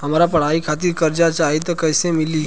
हमरा पढ़ाई खातिर कर्जा चाही त कैसे मिली?